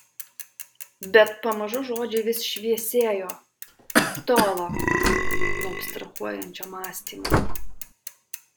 bet pamažu žodžiai vis šviesėjo tolo nuo abstrahuojančio mąstymo